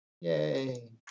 Yay